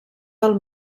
del